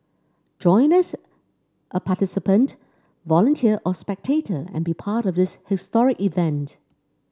join us a participant volunteer or spectator and be part of this historic event